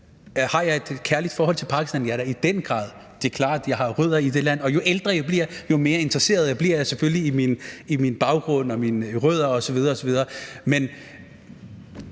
Har jeg et kærligt forhold til Pakistan? Ja, da i den grad, det er klart. Jeg har jo rødder i det land, og jo ældre jeg bliver, jo mere interesseret bliver jeg selvfølgelig i min baggrund og i mine rødder osv.